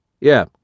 Yeah